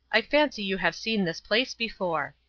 i fancy you have seen this place before.